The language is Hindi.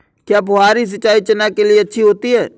क्या फुहारी सिंचाई चना के लिए अच्छी होती है?